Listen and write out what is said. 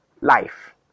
life